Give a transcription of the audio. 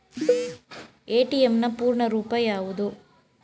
ATM ನ ಪೂರ್ಣ ರೂಪ ಯಾವುದು?